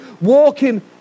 walking